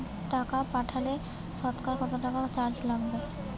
টাকা পাঠালে সতকরা কত টাকা চার্জ কাটবে?